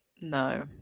no